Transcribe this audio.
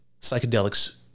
psychedelics